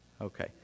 okay